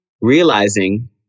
realizing